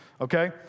okay